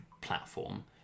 platform